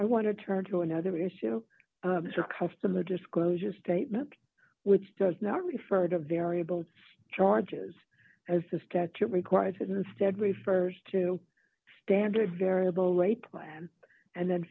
i want to turn to another issue of customer disclosure statement which does not refer to variable charges as this requires instead refers to standard variable rate plan and then